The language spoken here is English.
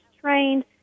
trained